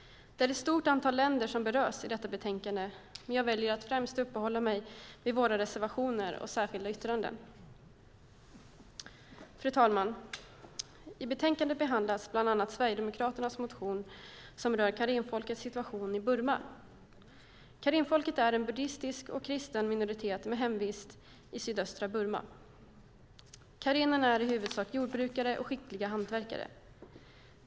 Det är ett stort antal länder som berörs i detta betänkande, men jag väljer att främst uppehålla mig vid våra reservationer och särskilda yttranden. Fru talman! I betänkandet behandlas bland annat Sverigedemokraternas motion om karenfolkets situation i Burma. Karenfolket är en buddhistisk och kristen minoritet med hemvist i sydöstra Burma. Karenerna är i huvudsak jordbrukare och skickliga hantverkare.